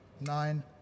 nine